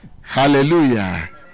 Hallelujah